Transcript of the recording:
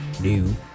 new